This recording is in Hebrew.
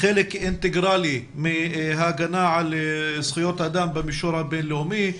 כחלק אינטגרלי מההגנה על זכויות אדם במישור הבינלאומי.